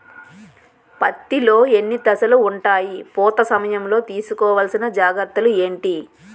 పత్తి లో ఎన్ని దశలు ఉంటాయి? పూత సమయం లో తీసుకోవల్సిన జాగ్రత్తలు ఏంటి?